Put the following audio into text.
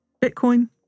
Bitcoin